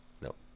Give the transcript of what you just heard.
nope